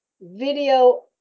video